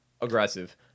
aggressive